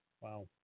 Wow